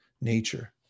nature